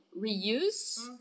reuse